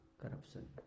corruption